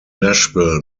nashville